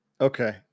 Okay